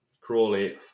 Crawley